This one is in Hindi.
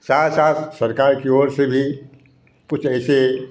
साथ साथ सरकार के ओर से भी कुछ ऐसे